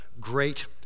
Great